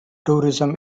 tourism